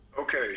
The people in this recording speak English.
Okay